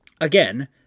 Again